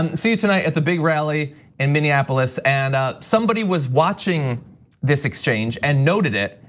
and and see you tonight at the big rally in minneapolis. and somebody was watching this exchange and noted it.